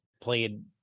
played